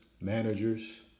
managers